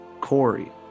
Corey